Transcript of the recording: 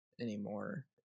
anymore